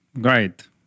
great